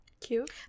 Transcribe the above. Cute